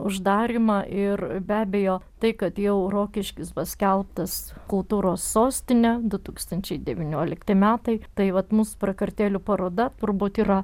uždarymą ir be abejo tai kad jau rokiškis paskelbtas kultūros sostine du tūkstančiai devyniolikti metai tai vat mūsų prakartėlių paroda turbūt yra